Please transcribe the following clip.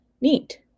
Neat